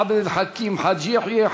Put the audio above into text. עבד אל חכים חאג' יחיא,